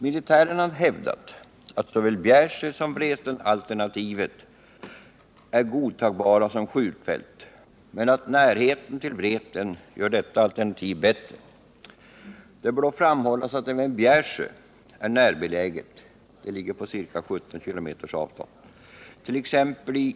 Militären har hävdat att både Bjärsjöoch Vretenalternativen är godtagbara som skjutfält, men att närheten till Vreten gör detta alternativ bättre. Det bör dock framhållas att även Bjärsjö är närbeläget — det ligger på ca 17 km avstånd. T. ex.